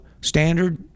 standard